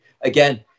Again